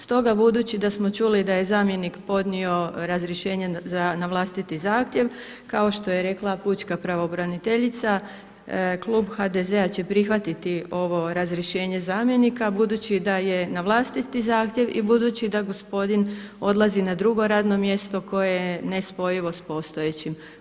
Stoga budući da smo čuli da je zamjenik podnio razrješenje na vlastiti zahtjev, kao što je rekla pučka pravobraniteljica klub HDZ-a će prihvatiti ovo razrješenje zamjenika budući da je na vlastiti zahtjev i budući da gospodin odlazi na drugo radno mjesto koje je nespojivo s postojećim.